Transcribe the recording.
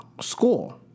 school